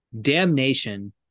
Damnation